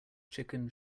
chicken